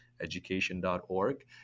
education.org